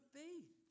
faith